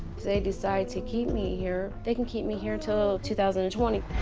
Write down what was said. if they decide to keep me here, they can keep me here till two thousand and twenty.